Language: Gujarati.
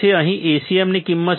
અહીંથી Acm ની કિંમત શું છે